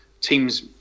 teams